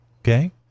Okay